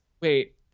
wait